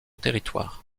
territoire